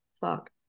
fuck